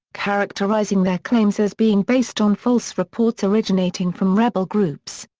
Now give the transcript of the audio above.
characterizing their claims as being based on false reports originating from rebel groups.